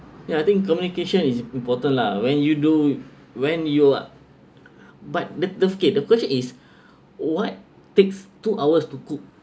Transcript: ya I think communication is important lah when you do when you're but the the okay the question is what takes two hours to cook